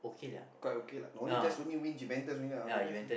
quite okay lah now only just win Juventus only what all the rest